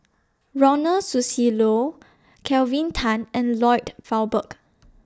Ronald Susilo Kelvin Tan and Lloyd Valberg